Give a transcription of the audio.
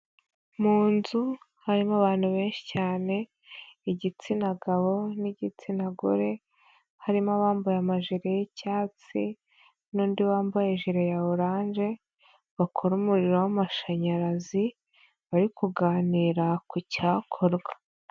Mu nzu harimo abantu benshi cyane igitsina gabo n'igitsina gore, harimo abambaye amajire y'icyatsi n'undi wambaye ijire ya oranje bakora umuriro w'amashanyarazi, bari kuganira ku cyakorwa.